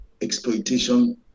exploitation